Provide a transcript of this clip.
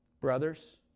Brothers